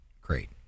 great